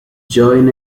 join